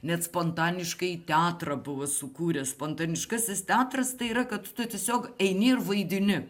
net spontaniškąjį teatrą buvo sukūrę spontaniškasis teatras tai yra kad tu tiesiog eini ir vaidini